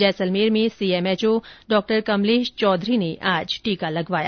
जैसलमेर में CMHO Dr Kamlesh Chaudhary ने आज टीका लगवाया